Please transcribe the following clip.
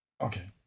okay